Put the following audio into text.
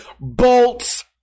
bolts